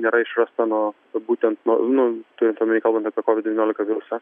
nėra išrasta nuo būtent nuo nu turint omeny kalbant apie kovid devyniolika virusą